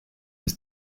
his